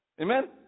Amen